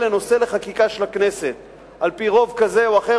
לנושא לחקיקה של הכנסת על-פי רוב כזה או אחר,